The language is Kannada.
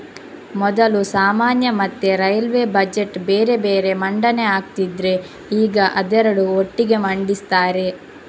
ಮೊದಲು ಸಾಮಾನ್ಯ ಮತ್ತೆ ರೈಲ್ವೇ ಬಜೆಟ್ ಬೇರೆ ಬೇರೆ ಮಂಡನೆ ಆಗ್ತಿದ್ರೆ ಈಗ ಅದೆರಡು ಒಟ್ಟಿಗೆ ಮಂಡಿಸ್ತಾರೆ